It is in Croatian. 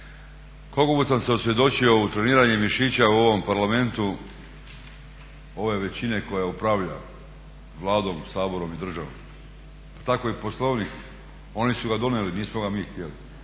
puta sam se osvjedočio treniranjem mišića u ovom Parlamentu, ove većine koja upravlja Vladom, Saborom i državom. Tako i Poslovnik, oni su ga donijeli nismo ga mi htjeli.